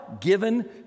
given